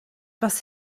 was